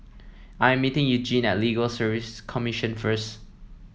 I'm meeting Eugene Legal Service Commission first